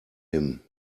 him